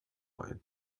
ein